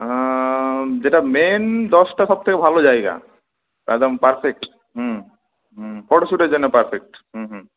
অ্যা যেটা মেন দশটা সব থেকে ভালো জায়গা একদম পারফেক্ট হুম হুম ফোটোশ্যুটের জন্য পারফেক্ট হুম হুম